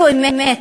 זו אמת,